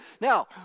Now